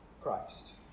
Christ